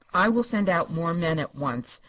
i will send out more men at once.